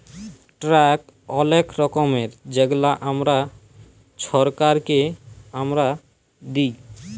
tax অলেক রকমের যেগলা আমরা ছরকারকে আমরা দিঁই